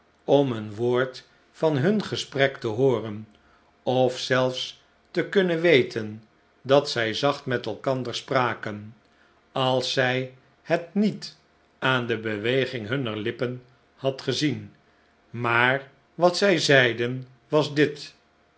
om een woord van hun gesprek te hooren of zelfs te kunnen weten dat zij zacht met elkander spraken als zij het niet aan de beweging hunner lippen had gezien maar wat zij zeiden was dit